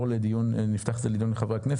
ונפתח דיון לחברי הכנסת.